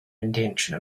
intention